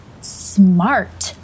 Smart